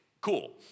cool